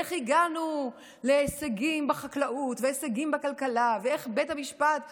איך הגענו להישגים בחקלאות והישגים בכלכלה ואיך בית המשפט העליון,